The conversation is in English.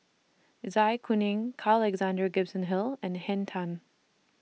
Zai Kuning Carl Alexander Gibson Hill and Henn Tan